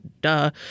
duh